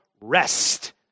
rest